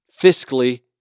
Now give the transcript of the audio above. fiscally